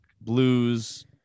blues